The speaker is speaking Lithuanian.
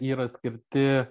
yra skirti